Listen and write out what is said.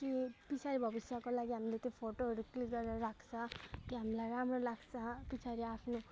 कि पछाडि भविष्यको लागि हामीले त्यो फोटोहरू क्लिक गरेर राख्छ कि हामीलाई राम्रो लाग्छ पछडि आफ्नो